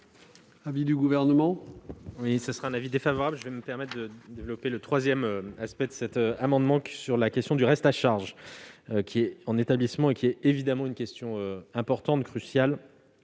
l'avis du Gouvernement ?